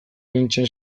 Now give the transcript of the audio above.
nintzen